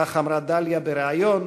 כך אמרה דליה בריאיון